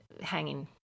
hanging